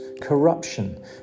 corruption